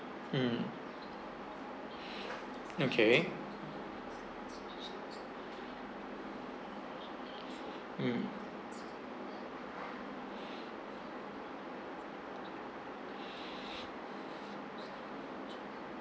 mm okay mm